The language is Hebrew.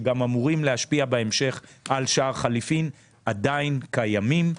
שגם אמורים להשפיע בהמשך על שער חליפין עדיין קיימים,